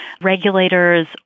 regulators